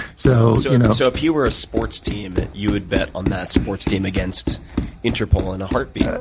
so you know so if you were a sports team, you would bet on that sports team against interpol in a heart beat.